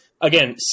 again